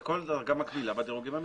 כל דרגה מקבילה בדירוגים המקצועיים,